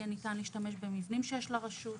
יהיה ניתן להשתמש במבנים שיש לרשות.